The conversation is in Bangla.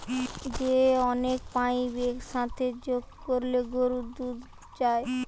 যে অনেক পাইপ এক সাথে যোগ কোরে গরুর দুধ যায়